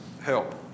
help